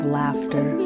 laughter